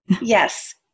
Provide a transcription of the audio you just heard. Yes